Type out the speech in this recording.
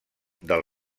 del